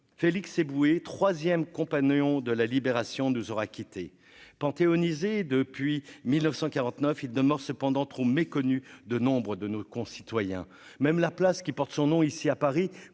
Félix Eboué, 3ème, compagnon de la Libération nous aura quittés panthéonisé depuis 1949 il demeure cependant trop méconnu de nombreux de nos concitoyens, même la place qui porte son nom, ici à Paris